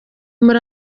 muri